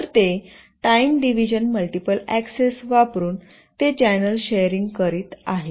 तर ते time division multiple access वापरून ते चॅनेल शेररिंग करीत आहेत